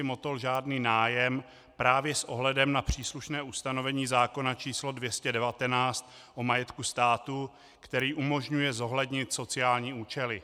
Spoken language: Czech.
Motol žádný nájem právě s ohledem na příslušné ustanovení zákona č. 219 o majetku státu, který umožňuje zohlednit sociální účely.